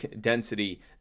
density